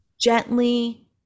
Gently